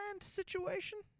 situation